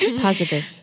Positive